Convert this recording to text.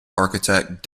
architect